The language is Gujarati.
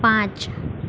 પાંચ